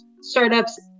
startups